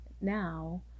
now